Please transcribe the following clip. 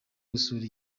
gusura